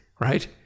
right